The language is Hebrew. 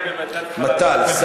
טכנולוגיה וחלל.